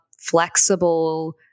flexible